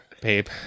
babe